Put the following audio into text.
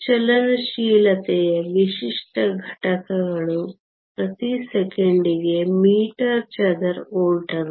ಚಲನಶೀಲತೆಯ ವಿಶಿಷ್ಟ ಘಟಕಗಳು ಪ್ರತಿ ಸೆಕೆಂಡಿಗೆ ಮೀಟರ್ ಚದರ ವೋಲ್ಟ್ಗಳು